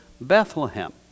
Bethlehem